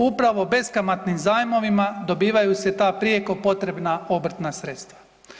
Upravo beskamatnim zajmovima dobivaju se ta prijeko potrebna obrtna sredstva.